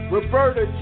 Roberta